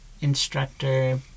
instructor